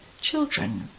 Children